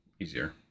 easier